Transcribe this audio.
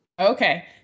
okay